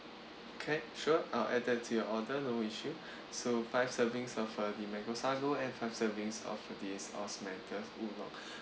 can sure I'll add that to your order no issue so five servings of uh the mango sago and five servings of this osmanthus oolong